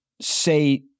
say